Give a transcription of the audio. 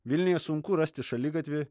vilniuje sunku rasti šaligatvį